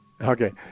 Okay